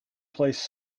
placed